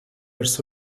ارث